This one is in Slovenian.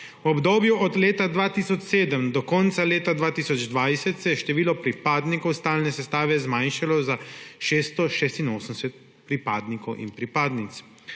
V obdobju od leta 2007 do konca leta 2020 se je število pripadnikov stalne sestave zmanjšalo za 686 pripadnikov in pripadnic.